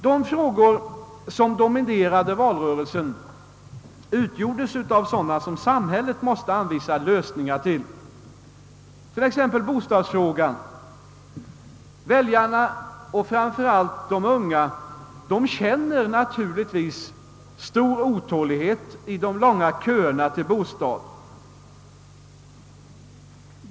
De frågor som dominerade valrörelsen var sådana, som samhället måste anvisa lösningar till, t.ex. bostadsfrågan. Väljarna — framför allt de unga — känner naturligtvis stor otålighet i de långa köerna till bostad.